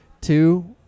two